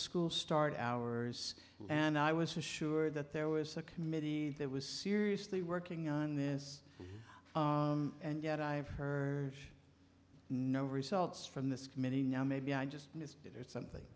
school started hours and i was assured that there was a committee that was seriously working on this and yet i've heard no results from this committee now maybe i just missed it or something